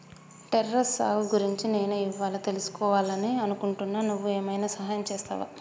terrace సాగు గురించి నేను ఇవ్వాళా తెలుసుకివాలని అనుకుంటున్నా నువ్వు ఏమైనా సహాయం చేస్తావా